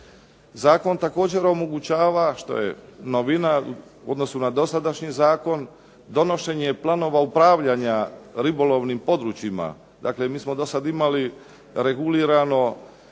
Zakon također omogućava što je novina u odnosu na dosadašnji zakon donošenja pravila upravljanja ribolovnim područjima. Dakle mi smo do sada imali regulirano